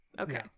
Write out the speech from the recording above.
Okay